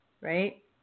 right